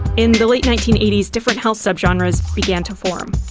in the late nineteen eighty s different house subgenres began to form.